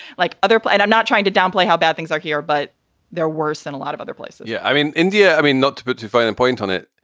like other and i'm not trying to downplay how bad things are here, but they're worse than a lot of other places yeah, i mean, india. i mean, not to put too fine a point on it.